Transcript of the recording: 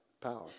power